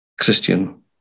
Christian